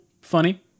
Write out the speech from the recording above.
funny